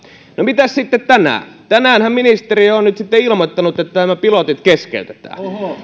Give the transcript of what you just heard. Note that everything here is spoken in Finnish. no mitäs sitten tänään tänäänhän ministeriö on nyt sitten ilmoittanut että nämä pilotit keskeytetään